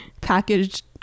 packaged